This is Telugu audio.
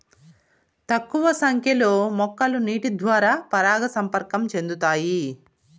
తక్కువ సంఖ్య లో మొక్కలు నీటి ద్వారా పరాగ సంపర్కం చెందుతాయి